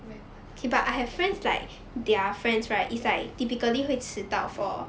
very 夸张